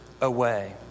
away